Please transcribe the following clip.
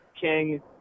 king